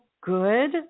good